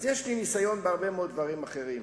יש לי ניסיון בהרבה מאוד דברים אחרים,